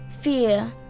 Fear